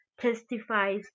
testifies